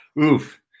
Oof